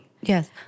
Yes